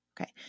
Okay